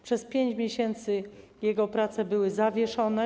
Przez 5 miesięcy jego prace były zawieszone.